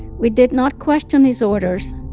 we did not question his orders.